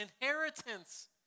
inheritance